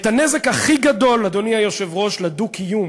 את הנזק הכי גדול, אדוני היושב-ראש, לדו-קיום